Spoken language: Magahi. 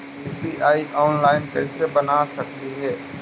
यु.पी.आई ऑनलाइन कैसे बना सकली हे?